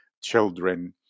children